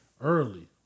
early